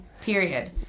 period